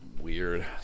Weird